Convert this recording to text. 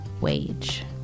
wage